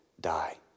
die